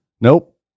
Nope